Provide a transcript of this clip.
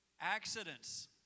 Accidents